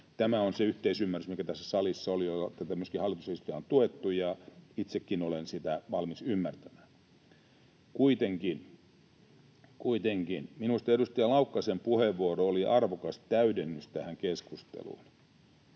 Tämä on se yhteisymmärrys, mikä tässä salissa oli ja millä myöskin tätä hallituksen esitystä on tuettu, ja itsekin olen sitä valmis ymmärtämään. Kuitenkin — kuitenkin — minusta edustaja Laukkasen puheenvuoro oli arvokas täydennys tähän keskusteluun.